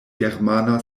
germana